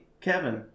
Kevin